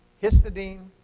histidine,